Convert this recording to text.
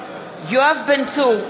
יואב בן צור,